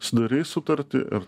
sudarei sutartį ir